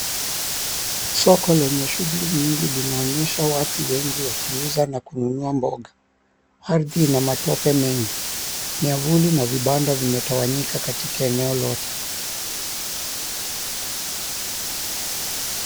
Soko lenye shughuli nyingi linaonyesha watu wengi wakiuza na kununua mboga. Ardhi inamatope mengi Miavuli na vibanda vimetawanyika katika eneo lote.